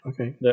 Okay